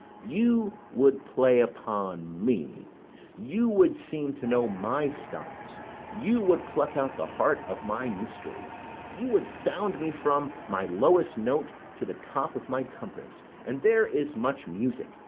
you would play upon me you would seem to know my stops you would pluck out the heart of my mystery you would sound me from my lowest note to the top of my compass and there is much music,